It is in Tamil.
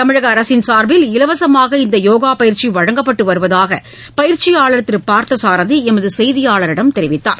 தமிழக அரசின் சார்பில் இலவசமாக இந்த யோகா பயிற்சி வழங்கப்பட்டு வருவதாக பயிற்சியாளர் திரு பார்த்தசாரதி எமது செய்தியாளரிடம் தெரிவித்தார்